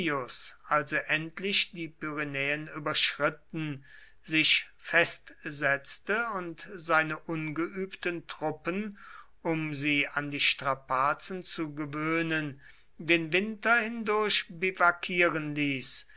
als er endlich die pyrenäen überschritten sich festsetzte und seine ungeübten truppen um sie an die strapazen zu gewöhnen den winter hindurch biwakieren ließ